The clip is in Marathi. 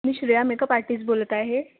मी श्रेया मेकअप आर्टिस बोलत आहे